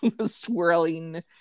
swirling